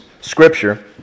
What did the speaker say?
Scripture